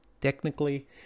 technically